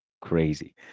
crazy